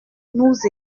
nous